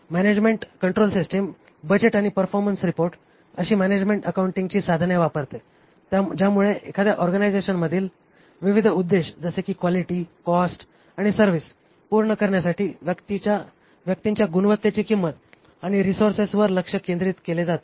management control system budget आणि performance report अशी management अकाउंटिंगची साधने वापरते ज्यामुळे एखाद्या ऑर्गनायझेशनमधील विविध उद्देश जसे की क्वालिटी कॉस्ट आणि सर्व्हिस पूर्ण करण्यासाठी व्यक्तींच्या गुणवत्तेची किंमत आणि रिसोर्सेसवर लक्ष केंद्रित केले जाते